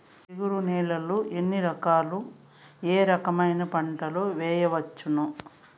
జిగురు నేలలు ఎన్ని రకాలు ఏ రకమైన పంటలు వేయవచ్చును?